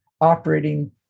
operating